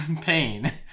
Pain